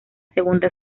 segunda